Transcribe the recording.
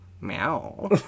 meow